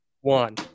one